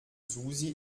susi